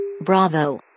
Bravo